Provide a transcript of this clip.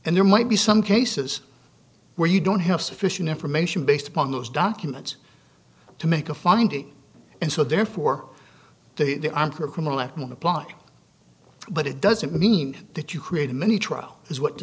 and there might be some cases where you don't have sufficient information based upon those documents to make a finding and so therefore they're under criminal act one apply but it doesn't mean that you create a mini trial is what the